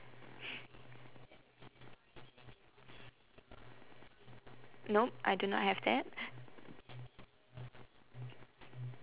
no I do not have that